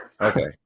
Okay